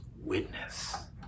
witness